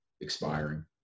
expiring